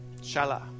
Shala